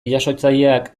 jasotzaileak